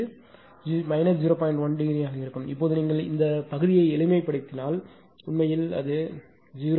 1 ° ஆக இருக்கும் இப்போது நீங்கள் இந்த பகுதியை எளிமைப்படுத்தினால் உண்மையில் இது 0